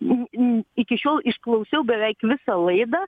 į į iki šiol išklausiau beveik visą laidą